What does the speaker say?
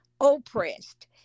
oppressed